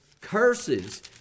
curses